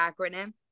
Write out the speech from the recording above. acronym